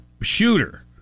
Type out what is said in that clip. shooter